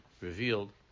revealed